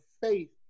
faith